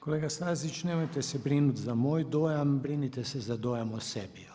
Kolega Stazić, nemojte se brinuti za moj dojam, brinite se za dojam o sebi.